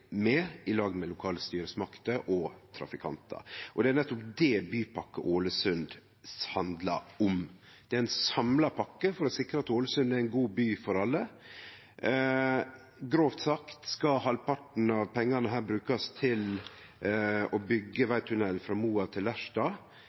med, i lag med lokale styresmakter og trafikantar. Det er nettopp det Bypakke Ålesund handlar om. Det er ein samla pakke for å sikre at Ålesund er ein god by for alle. Grovt sagt skal halvparten av pengane her brukast til å